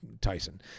tyson